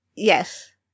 Yes